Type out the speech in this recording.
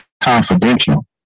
confidential